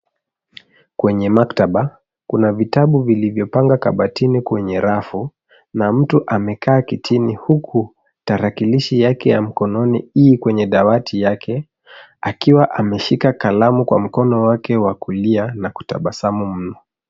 Kwenye maktaba, kuna vitabu vilivyopangwa kabatini kwenye rafu na mtu amekaa kitini, huku tarakilishi yake ya mkononi, iko kwenye dawati lake, akiwa ameshika kalamu kwa mkono wake wa kulia na kutabasamu mno.